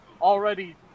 already